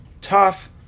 Tough